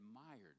admired